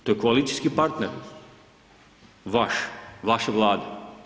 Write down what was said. To je koalicijski partner vaš, vaše Vlade.